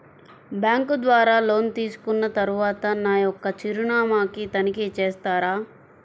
Bank ద్వారా loan తీసుకున్న తరువాత నా యొక్క చిరునామాని తనిఖీ చేస్తారా?